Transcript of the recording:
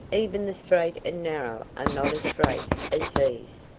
even the straight and narrow are not as straight as these.